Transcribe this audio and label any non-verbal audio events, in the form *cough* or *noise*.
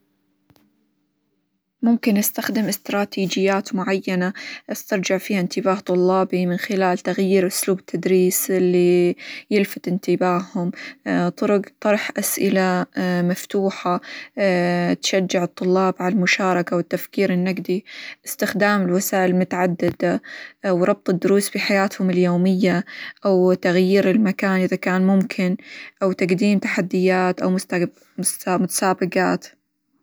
ممكن أستخدم إستراتيجيات معينة أسترجع فيها إنتباه طلابي، من خلال تغيير أسلوب التدريس اللي يلفت إنتباههم *hesitation* طرق طرح أسئلة *hesitation* مفتوحة *hesitation* تشجع الطلاب على المشاركة، والتفكير النقدى، استخدام الوسايل المتعددة، وربط الدروس بحياتهم اليومية، أو تغيير المكان إذا كان ممكن، أو تقديم تحديات، أو -مست- متسابقات.